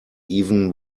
even